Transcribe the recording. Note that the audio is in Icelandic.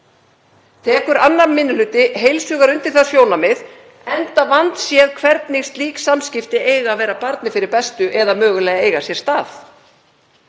Tekur 2. minni hluti heils hugar undir það sjónarmið enda vandséð hvernig slík samskipti eiga að vera barni fyrir bestu eða mögulega eiga sér stað.